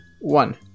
one